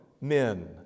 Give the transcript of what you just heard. men